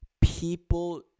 people